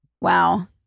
Wow